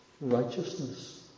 righteousness